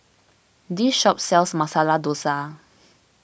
this shop sells Masala Dosa